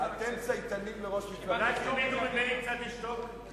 אתם צייתנים לראש מפלגה, אולי, קצת לשתוק?